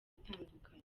itandukanye